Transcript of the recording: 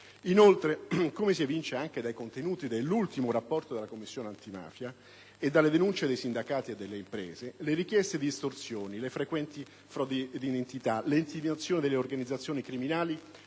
Inoltre, come si evince anche dai contenuti dell'ultimo rapporto della Commissione antimafia e dalle denunce dei sindacati e delle imprese, le richieste di estorsioni, le frequenti frodi d'identità e le intimidazioni delle organizzazioni criminali